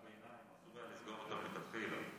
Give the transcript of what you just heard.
ביניים: אסור היה לסגור אותו מלכתחילה.